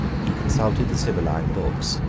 he consulted the sibylline books.